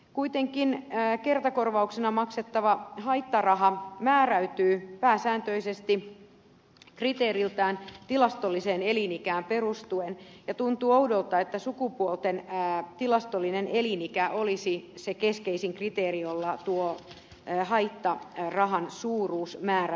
kuitenkin kertakorvauksena maksettava haittaraha määräytyy pääsääntöisesti kriteeriltään tilastolliseen elinikään perustuen ja tuntuu oudolta että sukupuolten tilastollinen elinikä olisi se keskeisin kriteeri jolla tuo haittarahan suuruus määräytyisi